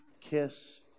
kiss